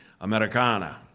Americana